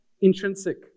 intrinsic